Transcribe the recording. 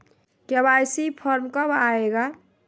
KYC form कब आए गा?